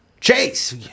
Chase